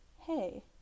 hey